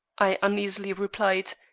i uneasily replied,